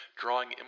drawing